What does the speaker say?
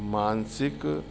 मानसिक